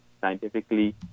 scientifically